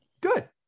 Good